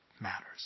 matters